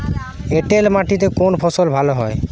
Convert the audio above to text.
এঁটেল মাটিতে কোন ফসল ভালো হয়?